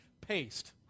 paste